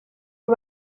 abo